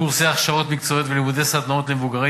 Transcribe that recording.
קורסי הכשרות מקצועיות ולימודי סדנאות למבוגרים